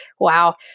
wow